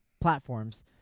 platforms